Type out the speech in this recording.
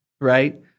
right